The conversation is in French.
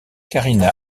karina